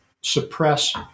suppress